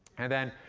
and then,